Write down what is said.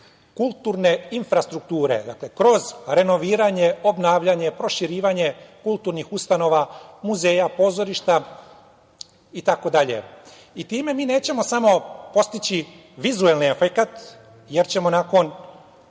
kulturne infrastrukture. Dakle, kroz renoviranje, obnavljanje, proširivanje kulturnih ustanova, muzeja, pozorišta itd. i time mi nećemo samo postići vizuelni efekat, jer ćemo nakon